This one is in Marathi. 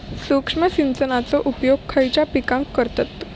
सूक्ष्म सिंचनाचो उपयोग खयच्या पिकांका करतत?